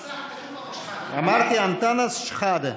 אמרתי אנטאנס שחאדה.